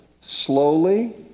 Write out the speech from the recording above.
slowly